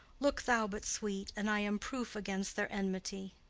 look thou but sweet, and i am proof against their enmity.